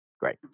Great